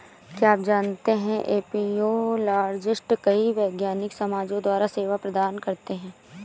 क्या आप जानते है एपियोलॉजिस्ट कई वैज्ञानिक समाजों द्वारा सेवा प्रदान करते हैं?